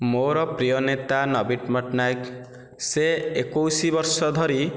ମୋର ପ୍ରିୟ ନେତା ନବୀନ ପଟ୍ଟନାୟକ ସେ ଏକୋଇଶ ବର୍ଷ ଧରି